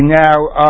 now